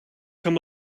kann